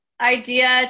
idea